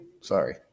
sorry